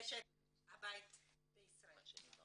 משקי הבית בישראל.